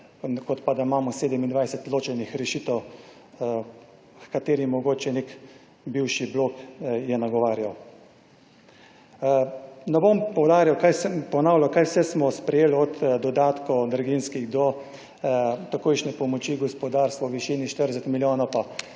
kot pa da imamo 27 določenih rešitev, h kateri mogoče nek bivši blok je nagovarjal. Ne bom ponavljal, kaj vse smo sprejeli, od dodatkov, od draginjskih do takojšnje pomoči gospodarstvu v višini 40 milijonov, pa